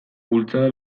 bultzada